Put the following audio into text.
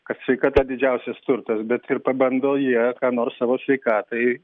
kad sveikata didžiausias turtas bet ir pabando jie ką nors savo sveikatai